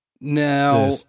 Now